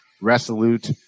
resolute